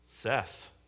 Seth